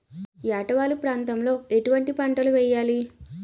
ఏటా వాలు ప్రాంతం లో ఎటువంటి పంటలు వేయాలి?